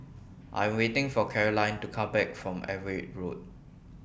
I Am waiting For Carolyne to Come Back from Everitt Road